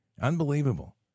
Unbelievable